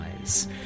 eyes